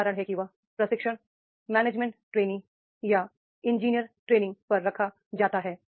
यही कारण है कि वह प्रशिक्षण मैनेजमेंट ट्रेनीज इंजीनियर ट्रेनीज पर रखा जाता है